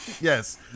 yes